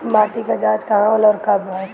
माटी क जांच कहाँ होला अउर कब कराई?